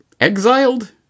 exiled